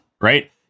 right